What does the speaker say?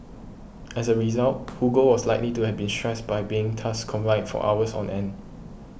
as a result Hugo was likely to have been stressed by being confined for hours on end